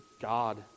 God